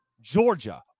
Georgia